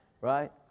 right